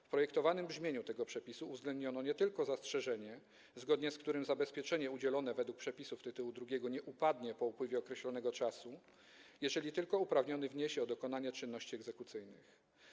W projektowanym brzmieniu tego przepisu uwzględniono zastrzeżenie, zgodnie z którym zabezpieczenie udzielone według przepisów tytułu II nie upadnie po upływie określonego czasu, jeżeli tylko uprawniony wniesie o dokonanie czynności egzekucyjnych.